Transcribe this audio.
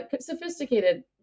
sophisticated